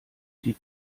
die